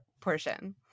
portion